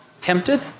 tempted